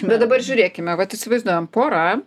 bet dabar žiūrėkime vat įsivaizduojam pora